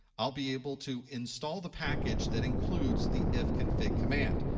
i'll be able to install the package that includes the ifconfig command.